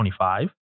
25